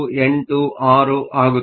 386 ಆಗುತ್ತದೆ